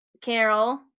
Carol